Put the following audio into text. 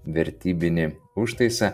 vertybinį užtaisą